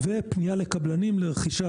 ופנייה לקבלנים לרכישה.